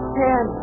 ten